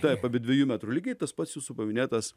taip apie dviejų metrų lygiai tas pats jūsų paminėtas